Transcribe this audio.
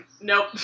Nope